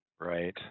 Right